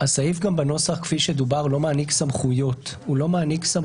הסעיף בנוסח כפי שדובר לא מעניק סמכויות לרשות.